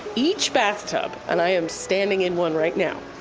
each bathtub and i am standing in one right now,